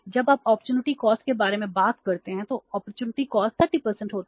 जब opportunity cost 30 होती है